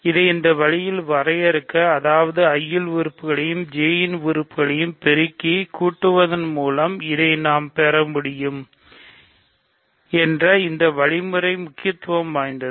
இதை இந்த வழியில் வரையறுக்க அதாவது I ல் உறுப்புகளையும் J ன் உறுப்பினரையும் பெருக்கி கூட்டுவதன் மூலம் இதை நாம் பெற முடியும் என்ற இந்த வழிமுறை முக்கியத்துவம் வாய்ந்தது